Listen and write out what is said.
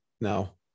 no